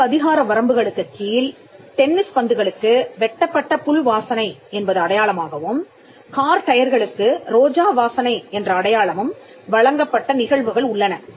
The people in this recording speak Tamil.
வேறு அதிகார வரம்புகளுக்குக் கீழ் டென்னிஸ் பந்துகளுக்கு வெட்டப்பட்ட புல் வாசனை என்பது அடையாளமாகவும் கார் டயர்களுக்கு ரோஜா வாசனை என்ற அடையாளமும் வழங்கப்பட்ட நிகழ்வுகள் உள்ளன